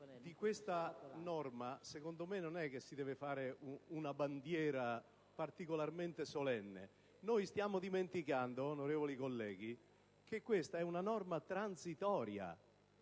di questa norma, a mio avviso, non si deve fare una bandiera particolarmente solenne. Stiamo dimenticando, onorevoli colleghi, che questa è una norma transitoria.